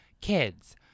kids